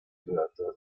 wörter